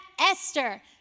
Esther